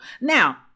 Now